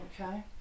Okay